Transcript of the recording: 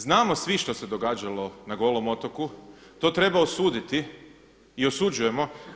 Znamo svi što se događalo na Golom otoku, to treba osuditi i osuđujemo.